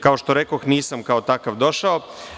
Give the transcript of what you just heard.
Kao što rekoh, nisam kao takav došao.